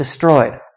destroyed